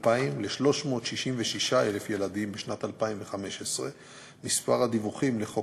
2000 ל-366,000 ילדים בשנת 2015. מספר הדיווחים על-פי חוק